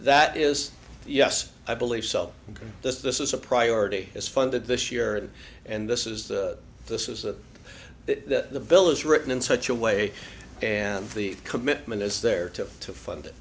that is yes i believe so that this is a priority is funded this year and this is the this is a that the bill is written in such a way and the commitment is there to to fund it